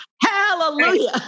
Hallelujah